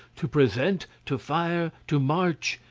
to present, to fire, to march,